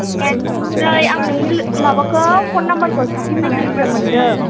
ए नै आं नोंनि माबाखौ फन नाम्बारखौ सासे लोगोनिफ्राय मोनदों